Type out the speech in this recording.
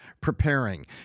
preparing